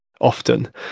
often